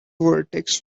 vertex